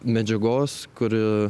medžiagos kuri